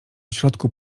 środku